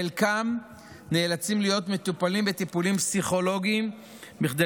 חלקם נאלצים להיות מטופלים בטיפולים פסיכולוגיים כדי